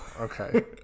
Okay